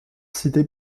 cité